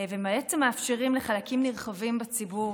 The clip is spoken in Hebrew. ובעצם מאפשרים לחלקים נרחבים בציבור,